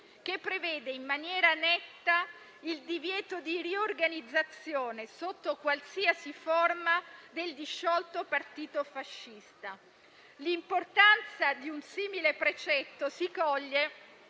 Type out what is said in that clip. che prevede in maniera netta il divieto di riorganizzazione sotto qualsiasi forma del disciolto Partito Nazionale Fascista. L'importanza di un simile precetto si coglie